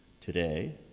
Today